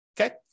okay